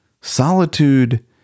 solitude